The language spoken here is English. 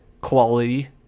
quality